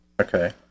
okay